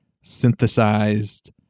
synthesized